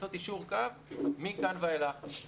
לעשות יישור קו מכאן ואילך.